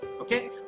Okay